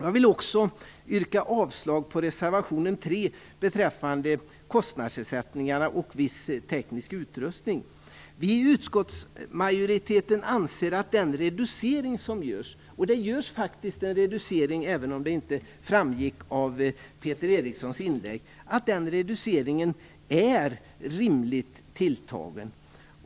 Jag vill också yrka avslag på reservationen 3 beträffande kostnadsersättningarna och viss teknisk utrustning. Vi i utskottsmajoriteten anser att den reducering som görs, och det görs faktiskt en reducering även om det inte framgick av Peter Erikssons inlägg, är rimligt tilltagen.